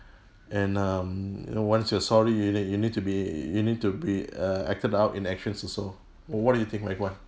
and um you know once you're sorry you need you need to be you need to be uh acted out in actions also what do you think wai kwan